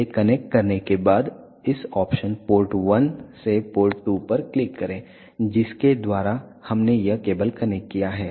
इसे कनेक्ट करने के बाद इस ऑप्शन पोर्ट 1 से पोर्ट 2 पर क्लिक करें जिसके द्वारा हमने यह केबल कनेक्ट किया है